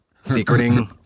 secreting